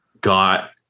got